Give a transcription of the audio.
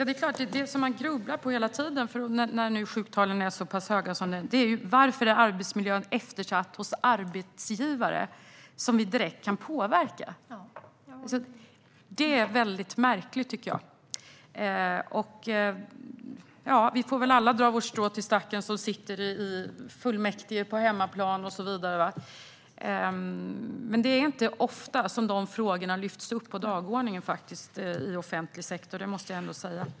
Fru talman! Det man grubblar på hela tiden nu när sjuktalen är så pass höga som de är är ju varför arbetsmiljön är eftersatt hos arbetsgivare som vi direkt kan påverka. Det är väldigt märkligt, tycker jag, och vi som sitter i kommunfullmäktige och så vidare på hemmaplan får väl alla dra vårt strå till stacken. Det är inte ofta dessa frågor lyfts upp på dagordningen i offentlig sektor, måste jag ändå säga.